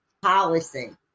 policy